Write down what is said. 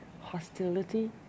hostility